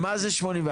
מה זה 81?